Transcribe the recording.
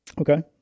Okay